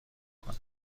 میکنن